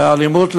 ואלימות,